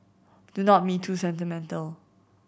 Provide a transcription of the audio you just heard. do not be too sentimental